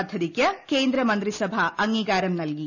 പദ്ധതിക്ക് കേന്ദ്ര മന്ത്രിസഭ അംഗീകാരം നല്കി